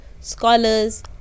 scholars